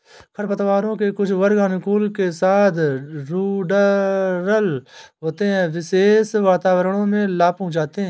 खरपतवारों के कुछ वर्ग अनुकूलन के साथ रूडरल होते है, विशेष वातावरणों में लाभ पहुंचाते हैं